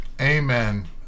Amen